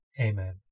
Amen